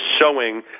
showing